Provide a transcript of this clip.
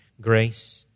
grace